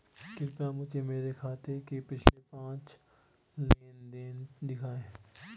कृपया मुझे मेरे खाते के पिछले पांच लेन देन दिखाएं